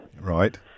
Right